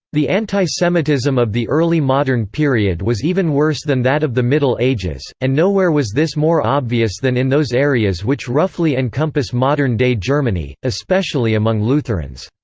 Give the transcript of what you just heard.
the antisemitism of the early modern period was even worse than that of the middle ages and nowhere was this more obvious than in those areas which roughly encompass modern-day germany, especially among lutherans.